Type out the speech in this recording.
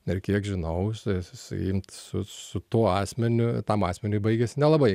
ir kiek žinau s sakykim su su tuo asmeniu tam asmeniui baigias nelabai